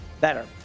better